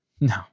No